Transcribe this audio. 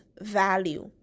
value